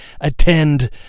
attend